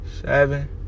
seven